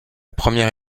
première